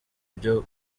byo